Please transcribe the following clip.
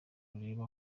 ureba